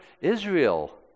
Israel